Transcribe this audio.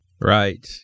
Right